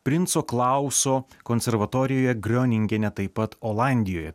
princo klauso konservatorijoje grioningene taip pat olandijoj